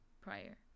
prior